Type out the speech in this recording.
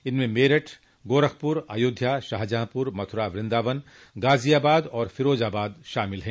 इनमें मेरठ गोरखपुर अयोध्या शाहजहांपुर मथुरा वृंदावन गाजियाबाद और फिरोजाबाद शामिल है